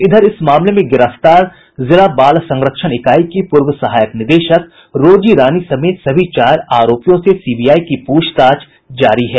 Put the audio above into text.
इधर इस मामले में गिरफ्तार जिला बाल संरक्षण इकाई की पूर्व सहायक निदेशक रोजी रानी समेत सभी चार आरोपियों से सीबीआई की पूछताछ जारी है